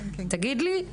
תגיד לי,